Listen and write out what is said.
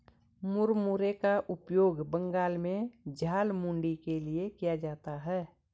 मुरमुरे का उपयोग बंगाल में झालमुड़ी के लिए किया जाता है